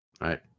Right